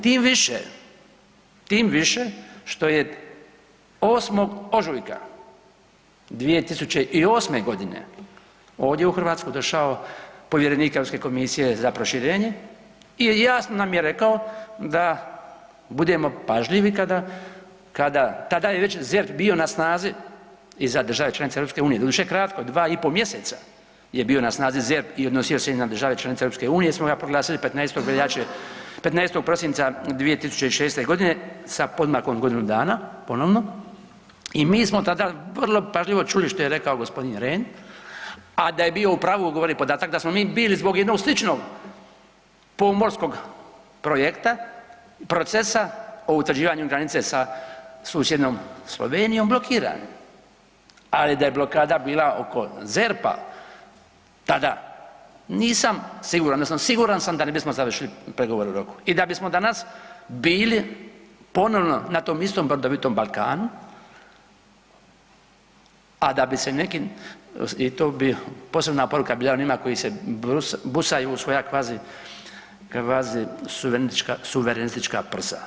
Tim više, što je 8. ožujka 2008.g. ovdje u Hrvatsku došao povjerenik Europske komisije za proširenje i jasno nam je rekao da budemo pažljivi kada, kada, tada je već ZERP bio na snazi i zadržao je članice EU doduše kratko dva i po mjeseca je bio na snazi ZERP i odnosio se i na države članice EU jer smo ga proglasili 15. veljače, 15. prosinca 2006.g. sa podmakom od godinu dana ponovno i mi smo tada vrlo pažljivo čuli što je rekao g. Ren, a da je bio u pravu govori podatak da smo mi bili zbog jednog sličnog pomorskog projekta, procesa o utvrđivanju granice sa susjednom Slovenijom blokiran, ali da je blokada bila oko ZERP-a tada nisam siguran odnosno siguran sam da ne bismo završili pregovore u roku i da bismo danas bili ponovno na tom istom brdovitom Balkanu, a da bi se neki i to bi posebna poruka bila onima koji se busaju u svoja kvazi, kvazi suverenistička, suverenistička prsa.